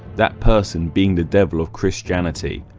that person being the devil of christianity.